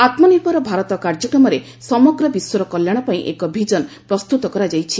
ଆତ୍ମନିର୍ଭର ଭାରତ କାର୍ଯ୍ୟକ୍ରମରେ ସମଗ୍ର ବିଶ୍ୱର କଲ୍ୟାଣ ପାଇଁ ଏକ ଭିଜନ ପ୍ରସ୍ତୁତ କରାଯାଇଛି